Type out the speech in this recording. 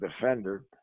defender